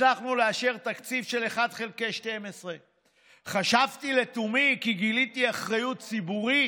הצלחנו לאשר תקציב של 1 חלקי 12. חשבתי לתומי כי גיליתי אחריות ציבורית.